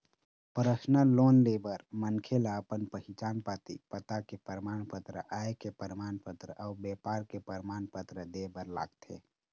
personal loan ले बर मनखे ल अपन पहिचान पाती, पता के परमान पत्र, आय के परमान पत्र अउ बेपार के परमान पत्र दे बर लागथे